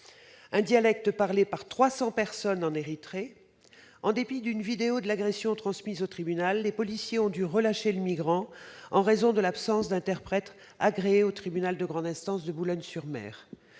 un dialecte parlé par 300 personnes en Érythrée. En dépit d'une vidéo de l'agression transmise au tribunal, les policiers ont dû relâcher le migrant, en raison de l'absence d'interprète agréé au tribunal de grande instance de Boulogne-sur-Mer.